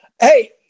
Hey